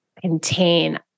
contain